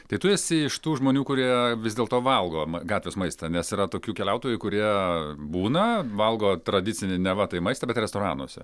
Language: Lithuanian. tai tu esi iš tų žmonių kurie vis dėl to valgoma gatvės maistą nes yra tokių keliautojų kurie būna valgo tradicinį neva tai maistą bet restoranuose